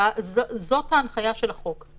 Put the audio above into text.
זאת ההנחיה של החוק.